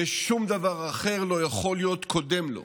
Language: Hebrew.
ושום דבר אחר לא יכול להיות קודם לו.